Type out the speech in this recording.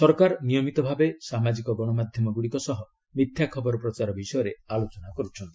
ସରକାର ନିୟମିତ ଭାବେ ସାମାଜିକ ଗଶମାଧ୍ୟମ ଗ୍ରଡ଼ିକ ସହ ମିଥ୍ୟା ଖବର ପ୍ରଚାର ବିଷୟରେ ଆଲୋଚନା କରୁଛନ୍ତି